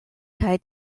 kaj